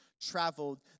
traveled